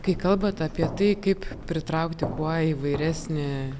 kai kalbat apie tai kaip pritraukti kuo įvairesnį